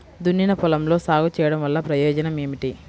దున్నిన పొలంలో సాగు చేయడం వల్ల ప్రయోజనం ఏమిటి?